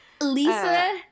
Lisa